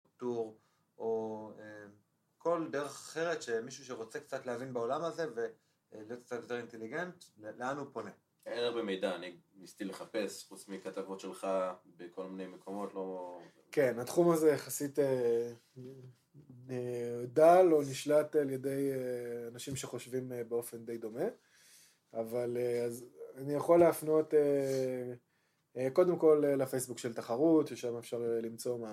או כל דרך אחרת שמישהו שרוצה קצת להבין בעולם הזה ולהיות קצת יותר אינטליגנט, לאן הוא פונה? אין הרבה מידע, אני ניסיתי לחפש, חוץ מכתבות שלך בכל מיני מקומות לא... כן, התחום הזה יחסית דל או נשלט על ידי אנשים שחושבים באופן די דומה אבל אני יכול להפנות קודם כול לפייסבוק של תחרות ששם אפשר למצוא